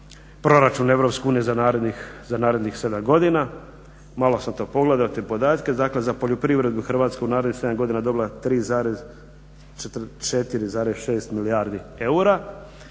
proračun EU za narednih 7 godina. Malo sam to pogledao te podatke, dakle za poljoprivredu Hrvatska je u narednih 7 godina dobila 4,6 milijardi eura.